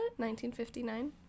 1959